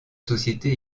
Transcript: sociétés